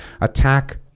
Attack